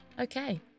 Okay